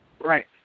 Right